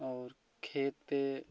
और खेत पर